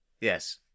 Yes